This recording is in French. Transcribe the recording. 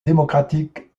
démocratique